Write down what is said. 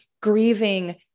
grieving